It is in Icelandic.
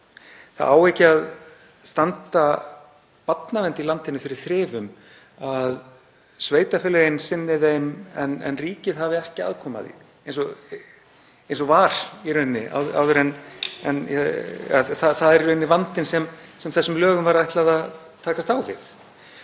Það á ekki að standa barnavernd í landinu fyrir þrifum að sveitarfélögin sinni þeim en ríkið hafi ekki aðkomu að því eins og var í rauninni áður. Það er í rauninni vandinn sem þessum lögum var ætlað að takast á við.